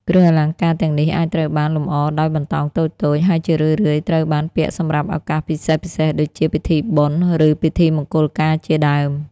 គ្រឿងអលង្ការទាំងនេះអាចត្រូវបានលម្អដោយបន្តោងតូចៗ ហើយជារឿយៗត្រូវបានពាក់សម្រាប់ឱកាសពិសេសៗ ដូចជាពិធីបុណ្យ ឬពិធីមង្គលការជាដើម។